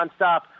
nonstop